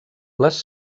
les